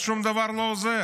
אז שום דבר לא עוזר.